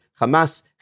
Hamas